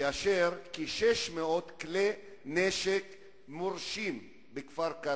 ויש כ-600 כלי נשק מורשים בכפר-קאסם.